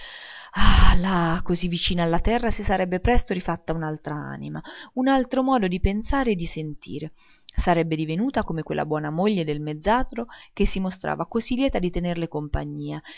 lì così vicina alla terra si sarebbe presto rifatta un'altr'anima un altro modo di pensare e di sentire sarebbe divenuta come quella buona moglie del mezzadro che si mostrava così lieta di tenerle compagnia